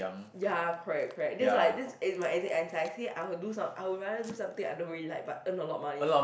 ya correct correct that's what I this is my I would do some~ I would rather do something I don't really like but earn a lot of money